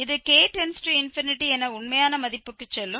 இது k→∞ என உண்மையான மதிப்புக்கு செல்லும்